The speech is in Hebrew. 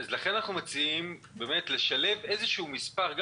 לכן אנחנו מציעים לשלב איזשהו מספר,